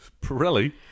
Pirelli